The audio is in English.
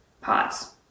Pause